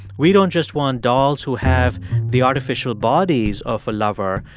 we don't just want dolls who have the artificial bodies of a lover.